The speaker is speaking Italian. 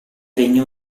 regno